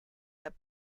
that